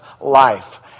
life